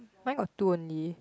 mine got two only